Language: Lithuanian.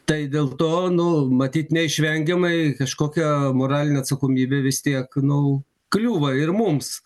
tai dėl to nu matyt neišvengiamai kažkokia moralinė atsakomybė vis tiek nu kliūva ir mums